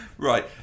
Right